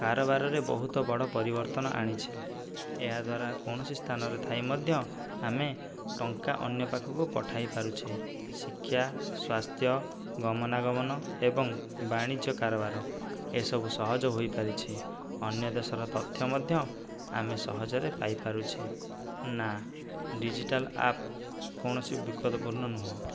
କାରବାରରେ ବହୁତ ବଡ଼ ପରିବର୍ତ୍ତନ ଆଣିଛି ଏହା ଦ୍ୱାରା କୌଣସି ସ୍ଥାନରେ ଥାଇ ମଧ୍ୟ ଆମେ ଟଙ୍କା ଅନ୍ୟ ପାଖକୁ ପଠାଇ ପାରୁଛେ ଶିକ୍ଷା ସ୍ୱାସ୍ଥ୍ୟ ଗମନାଗମନ ଏବଂ ବାଣିଜ୍ୟ କାରବାର ଏସବୁ ସହଜ ହୋଇପାରିଛି ଅନ୍ୟ ଦେଶର ତଥ୍ୟ ମଧ୍ୟ ଆମେ ସହଜରେ ପାଇପାରୁଛେ ନା ଡିଜିଟାଲ୍ ଆପ୍ କୌଣସି ବିପଦପୂର୍ଣ୍ଣ ନୁହଁ